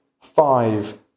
five